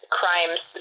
crimes